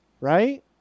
Right